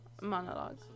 monologue